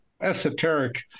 esoteric